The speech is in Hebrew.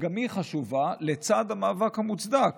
שגם היא חשובה, לצד המאבק המוצדק